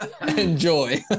Enjoy